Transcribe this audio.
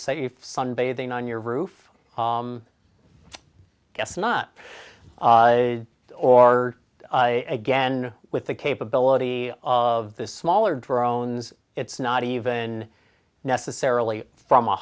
safe sunbathing on your roof i guess not or again with the capability of the smaller drones it's not even necessarily from a